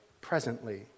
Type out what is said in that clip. presently